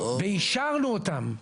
ואישרנו אותם.